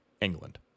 England